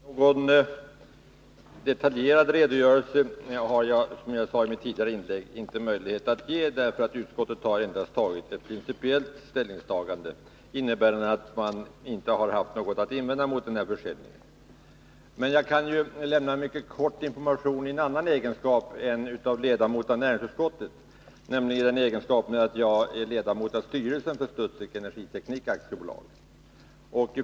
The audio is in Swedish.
Herr talman! Någon detaljerad redogörelse har jag, som jag sade i mitt tidigare inlägg, inte möjlighet att ge, därför att utskottet endast har gjort ett principiellt ställningstagande, innebärande att man inte har haft något att invända mot försäljningen. Men jag kan mycket kort lämna information i en annan egenskap än som ledamot av näringsutskottet, nämligen i egenskap av ledamot av styrelsen för Studsvik Energiteknik AB.